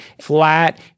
flat